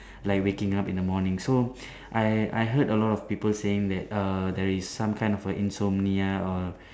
like waking up in the morning so I I heard a lot of people saying that err there is some kind of a insomnia or